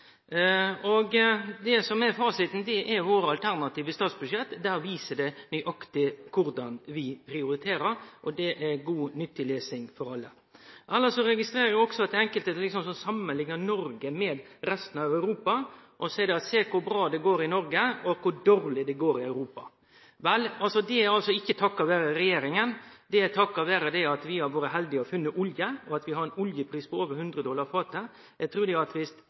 Fasiten er våre alternative statsbudsjett. Der blir det nøyaktig vist korleis vi prioriterer, og det er god, nyttig lesnad for alle. Elles registrerer eg også at enkelte samanliknar Noreg med resten av Europa og seier: Sjå kor bra det går i Noreg, og kor dårleg det går i Europa! Vel, det er altså ikkje takka vere regjeringa. Det er takka vere at vi har vore heldige og funne olje, og at vi har ein oljepris på over 100 dollar fatet. Eg trur at viss Hellas og Italia hadde hatt tilsvarande rikdommar som Noreg har, hadde dei også greidd seg bra. Grunnen til at